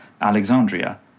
Alexandria